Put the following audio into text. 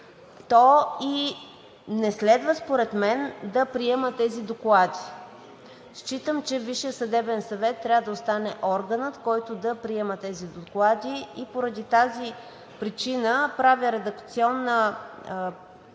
то и не следва според мен да приема тези доклади. Считам, че Висшият съдебен съвет трябва да остане органът, който да приема тези доклади. Поради тази причина правя предложение за редакционна